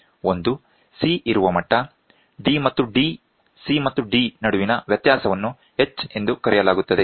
ಒಂದು C ಇರುವ ಮಟ್ಟ C ಮತ್ತು D ನಡುವಿನ ವ್ಯತ್ಯಾಸವನ್ನು H ಎಂದು ಕರೆಯಲಾಗುತ್ತದೆ